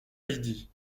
lydie